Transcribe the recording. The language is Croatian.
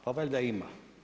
Pa valjda ima.